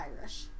Irish